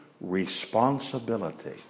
responsibility